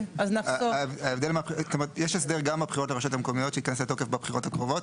יש הסדר גם בבחירות לרשויות המקומיות שייכנס לתוקף בבחירות הקרובות,